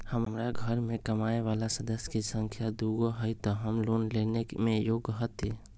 हमार घर मैं कमाए वाला सदस्य की संख्या दुगो हाई त हम लोन लेने में योग्य हती?